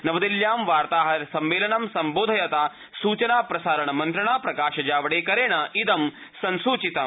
नवदिल्ल्यां वार्ताहर सम्मेलनं सम्बोधयता सूचना प्रसारण मन्त्रिणा प्रकाश जावडेकरवर्येण इदं संसूचितं